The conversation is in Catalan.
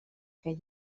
que